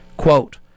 Quote